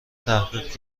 تحقیق